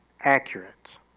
accurate